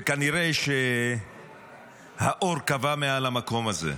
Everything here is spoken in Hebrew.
וכנראה שהאור כבה מעל המקום הזה.